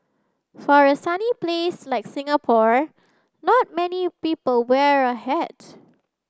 for a sunny place like Singapore not many people wear a hat